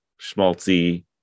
schmaltzy